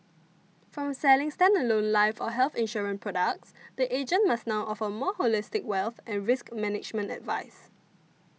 from selling standalone life or health insurance products the agent must now offer more holistic wealth and risk management advice